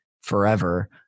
forever